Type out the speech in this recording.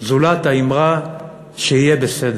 זולת האמירה שיהיה בסדר.